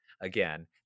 again